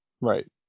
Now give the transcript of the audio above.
Right